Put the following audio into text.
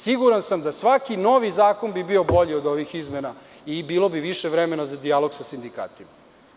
Siguran sam da bi svaki novi zakon bio bolji od ovih izmena i bilo bi više vremena za dijalog sa sindikatima.